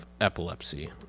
epilepsy